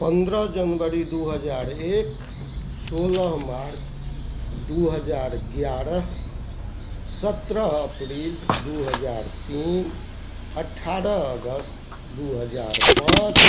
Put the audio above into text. पनरह जनवरी दू हजार एक सोलह मार्च दू हजार एगारह सतरह अप्रैल दू हजार तीन अठारह अगस्त दू हजार पाँच